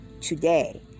today